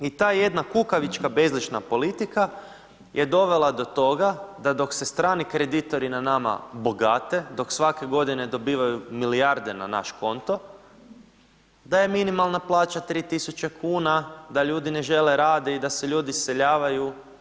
I ta jedna kukavička bezlična politika je dovela do toga, da dok se strani kreditori na nama bogate, dok svake godine dobivaju milijarde na naš konto da je minimalna plaća 3.000 kuna, da ljudi ne žele radit i da se ljudi iseljavaju.